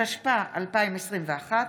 התשפ"א 2021,